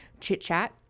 chit-chat